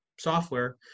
software